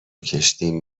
کشتیم